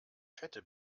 fette